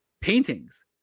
paintings